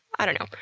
i don't know.